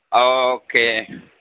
okay